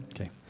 Okay